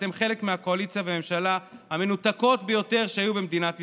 אתם חלק מהקואליציה והממשלה המנותקות ביותר שהיו במדינת ישראל.